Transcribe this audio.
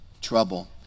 trouble